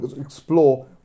explore